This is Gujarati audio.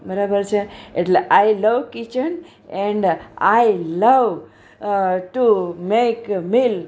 બરાબર છે એટલે I love kitchen and I love to make mill